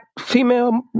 female